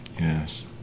Yes